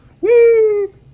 Woo